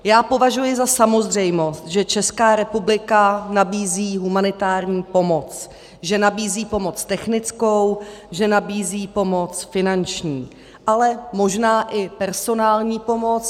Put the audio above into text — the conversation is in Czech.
Já považuji za samozřejmost, že Česká republika nabízí humanitární pomoc, že nabízí pomoc technickou, že nabízí pomoc finanční, ale možná i personální pomoc.